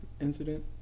incident